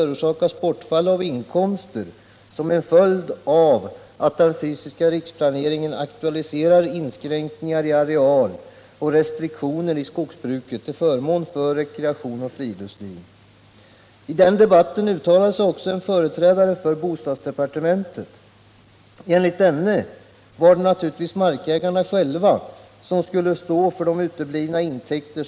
Jordoch skogsbruk har in i sen tid bedrivits, för att använda industrins språkbruk, med hantverksmässiga metoder. Nu möter vi alltmer att produktionsmetoderna förändras, industrialiseras och övergår till stordrift, alltså samma utveckling som industrin tidigare genomgick. När det gällde industrins utveckling fann vi att den inte kunde försiggå ohejdat och ohämmat.